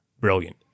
brilliant